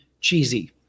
cheesy